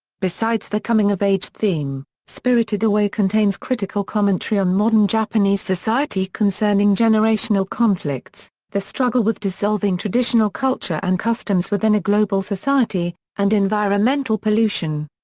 besides the coming of age theme, spirited away contains critical commentary on modern japanese society concerning generational conflicts, the struggle with dissolving traditional culture and customs within a global society, and environmental pollution.